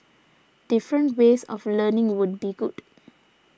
different ways of learning would be good